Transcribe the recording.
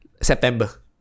September